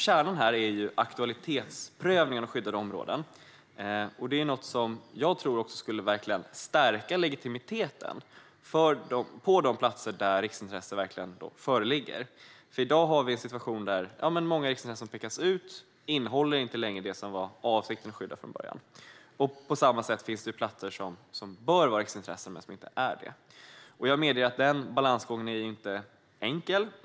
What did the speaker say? Kärnan här är aktualitetsprövningen av skyddade områden, något som jag tror verkligen skulle stärka legitimiteten på de platser där riksintressen verkligen föreligger. I dag har vi situationen att många riksintressen som pekas ut inte längre innehåller det som var avsikten att skydda från början. Samtidigt finns det platser som bör vara riksintressen men som inte är det. Jag medger att den balansgången inte är enkel.